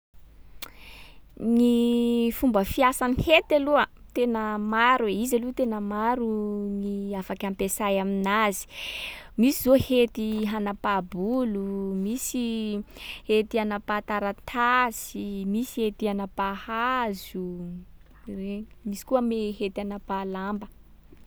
Gny fomba fiasan’ny hety aloha tena maro e, izy aloha tena maro gny afaky ampiasay aminazy. Misy zao hety hanapaha-bolo, misy hety hanapaha taratasy, misy hety hanapha hazo, regny. Misy koa me- hety hanapaha lamba.